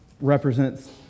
represents